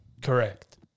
Correct